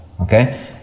Okay